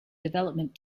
development